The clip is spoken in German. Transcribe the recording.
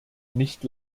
nicht